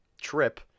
trip